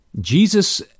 Jesus